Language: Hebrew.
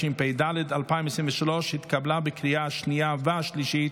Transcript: התשפ"ד 2023, התקבלה בקריאה השנייה והשלישית,